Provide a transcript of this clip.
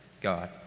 God